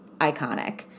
iconic